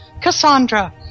Cassandra